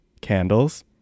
candles